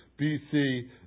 BC